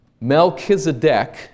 Melchizedek